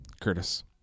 Curtis